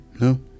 no